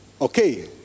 Okay